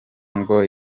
ngo